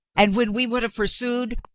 and when we would have pursued,